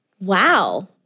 wow